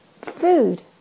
food